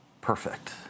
perfect